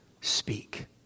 speak